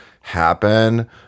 happen